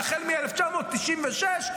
והחל מ-1996,